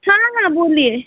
हाँ हाँ बोलिए